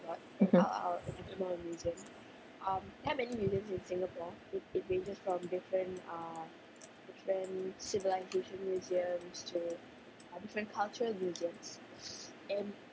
mmhmm